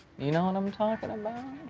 you know what i'm talking um um